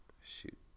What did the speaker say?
Shoot